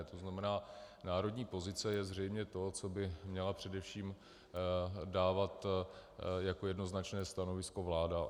To znamená, národní pozice je zřejmě to, co by měla především dávat jako jednoznačné stanovisko vláda.